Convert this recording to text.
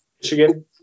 Michigan